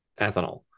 ethanol